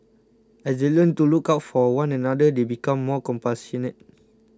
as they learn to look out for one another they become more compassionate